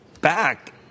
back